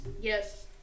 yes